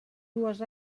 dues